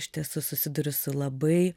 iš tiesų susiduriu su labai